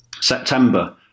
September